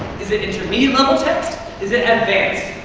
is it intermediate level text, is it advanced?